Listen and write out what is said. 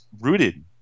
rooted